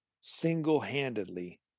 single-handedly